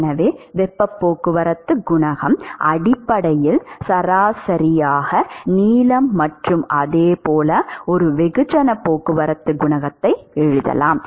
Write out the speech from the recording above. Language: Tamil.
எனவே வெப்பப் போக்குவரத்துக் குணகம் அடிப்படையில் சராசரியாக நீளம் மற்றும் அதேபோல ஒரு வெகுஜனப் போக்குவரத்துக் குணகத்தை எழுதலாம்